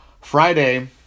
Friday